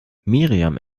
miriam